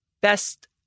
best